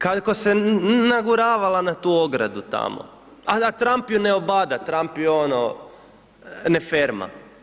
Kako se naguravala na tu ogradu tamo, a Trump ju ne obada, Trump ju ono ne ferma.